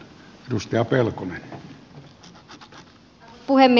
arvoisa puhemies